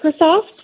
Microsoft